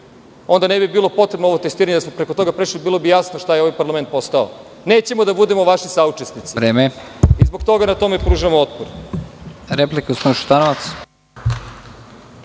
Onda ne bi bilo potrebno ovo testiranje. Da smo preko toga prešli, bilo bi jasno šta je ovaj parlament postao. Nećemo da budemo vaši saučesnici i zbog toga tome pružamo otpor. **Nebojša Stefanović**